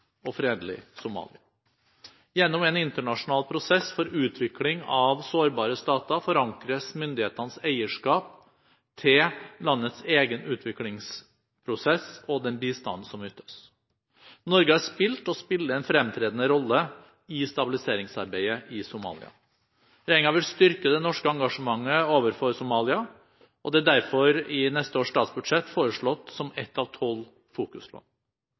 og fredelig Somalia. Gjennom en internasjonal prosess for utvikling av sårbare stater forankres myndighetenes eierskap til landets egen utviklingsprosess og den bistanden som ytes. Norge har spilt og spiller en fremtredende rolle i stabiliseringsarbeidet i Somalia. Regjeringen vil styrke det norske engasjementet overfor Somalia, og det er derfor i neste års statsbudsjett foreslått som ett av tolv